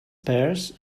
pears